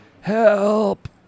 help